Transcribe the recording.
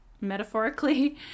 metaphorically